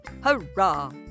Hurrah